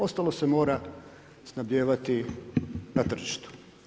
Ostalo se mora snabljevati na tržištu.